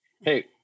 hey